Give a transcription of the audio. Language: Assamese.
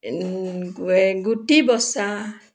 গুটি বচা